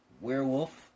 Werewolf